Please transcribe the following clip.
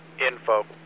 INFO